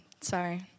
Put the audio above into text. Sorry